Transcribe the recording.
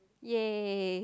ya